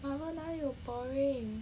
!walao! 哪里有 boring